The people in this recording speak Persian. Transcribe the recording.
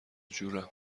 جورم